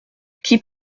qui